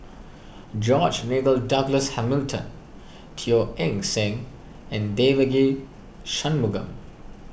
George Nigel Douglas Hamilton Teo Eng Seng and Devagi Sanmugam